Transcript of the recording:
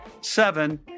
Seven